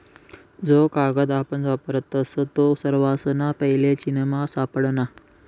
जो कागद आपण वापरतस तो सर्वासना पैले चीनमा सापडना